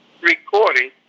recording